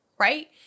right